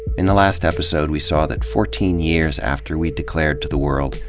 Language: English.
in the last episode, we saw that fourteen years after we declared to the world,